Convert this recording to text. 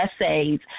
essays